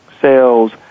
sales